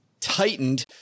tightened